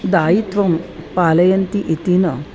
दायित्वं पालयन्ति इति न